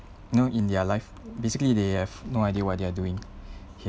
you know in their life basically they have no idea what they are doing here